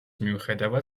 მიუხედავად